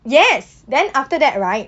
yes then after that right